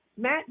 Matt